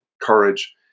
courage